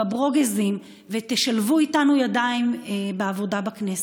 הברוגזים ותשלבו איתנו ידיים בעבודה בכנסת.